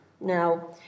Now